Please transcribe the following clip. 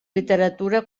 literatura